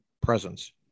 presence